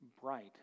bright